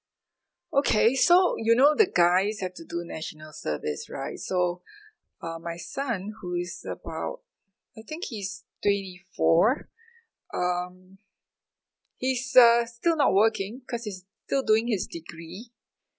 okay so you know the guys have to do national service right so uh my son who is about I think he's twenty four um he's uh still not working cause he's still doing his degree